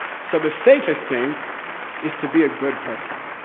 so the safest thing is to be a good person